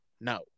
no